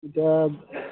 এতিয়া